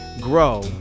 Grow